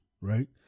right